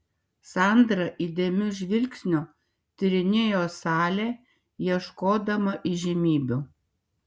sandra įdėmiu žvilgsniu tyrinėjo salę ieškodama įžymybių